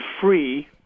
free